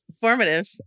Formative